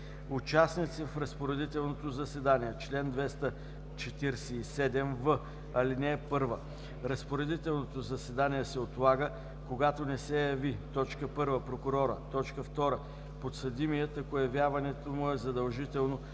Участници в разпоредителното заседание Чл. 247в. (1) Разпоредителното заседание се отлага, когато не се яви: 1. прокурорът; 2. подсъдимият, ако явяването му е задължително,